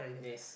yes